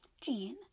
Jean